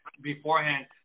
beforehand